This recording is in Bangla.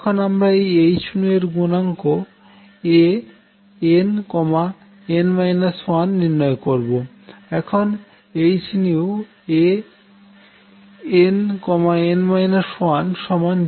এখন আমরা এই h এর গুনাঙ্ক Ann 1 নির্ণয় করবো